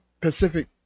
Pacific